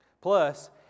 Plus